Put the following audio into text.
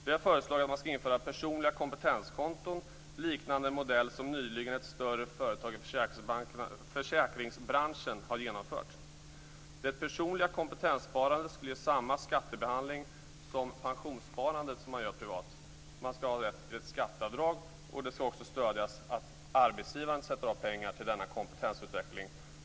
Vi har föreslagit att man skall införa personliga kompetenskonton liknande en modell som ett större företag i försäkringsbranschen nyligen har genomfört. Det personliga kompetenssparandet skulle ge samma skattebehandling som pensionssparandet som man gör privat. Man skall ha rätt till ett skatteavdrag, och det skall också stödjas att arbetsgivaren sätter av pengar till denna kompetensutveckling.